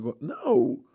no